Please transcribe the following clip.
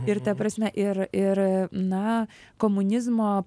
ir ta prasme ir ir na komunizmo